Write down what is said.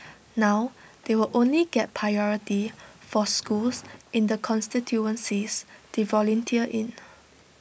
now they will only get priority for schools in the constituencies they volunteer in